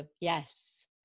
Yes